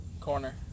corner